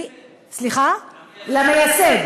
למייסד.